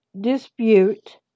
dispute